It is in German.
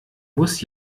muss